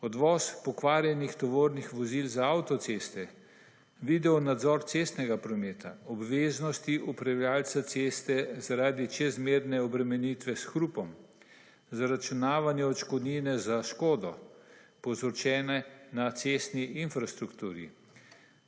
odvoz pokvarjenih tovornih vozil z avtoceste, videonadzor cestnega prometa, obveznosti upravljalca ceste zaradi čezmerne obremenitve s hrupom, zaračunavanje odškodnine za škodo, povzročene na cestni infrastrukturi,